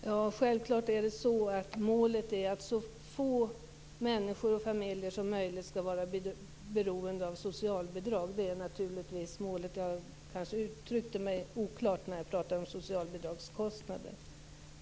Fru talman! Målet är självfallet att så få människor och familjer som möjligt skall vara beroende av socialbidrag. Jag uttryckte mig kanske oklart när jag talade om socialbidragskostnader.